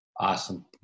Awesome